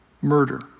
Murder